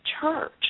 church